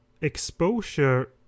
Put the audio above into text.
exposure